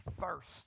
first